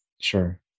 Sure